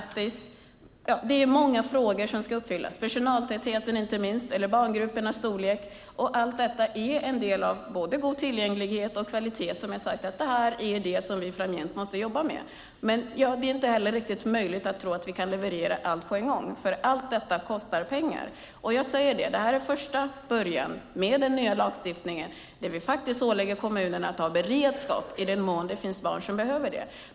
Ja, det är många krav som ska uppfyllas, inte minst personaltätheten och barngruppernas storlek. Allt detta är en del av både god tillgänglighet och kvalitet, och som jag sagt är det detta som vi framgent måste jobba med. Det är inte riktigt möjligt att tro att vi kan leverera allt på en gång, för allt detta kostar pengar. Och det här är en första början med den nya lagstiftningen, där vi ålägger kommunerna att ha beredskap att ordna barnomsorg i den mån det finns barn som behöver det.